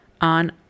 on